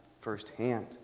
firsthand